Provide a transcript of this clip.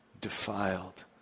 defiled